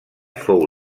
fou